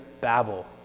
Babel